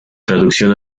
traducción